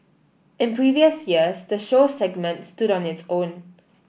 in previous years the show segment stood on its own